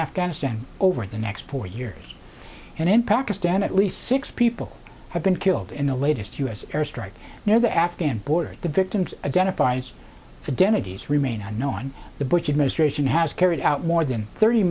afghanistan over the next four years and in pakistan at least six people have been killed in the latest u s air strike near the afghan border the victims adenovirus fidelity's remain unknown the bush administration has carried out more than thirty